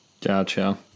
gotcha